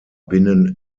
binnen